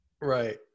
Right